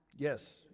Yes